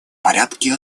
порядке